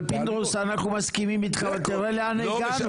אבל פינדרוס, אנחנו מסכימים איתך ותראה לאן הגענו.